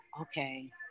okay